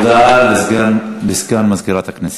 הודעה לסגן מזכירת הכנסת,